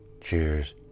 Cheers